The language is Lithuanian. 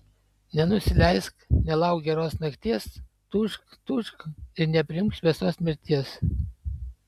nenusileisk nelauk geros nakties tūžk tūžk ir nepriimk šviesos mirties